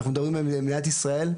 ואנחנו מדברים על מדינת ישראל,